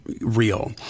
real